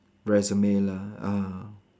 resume lah ah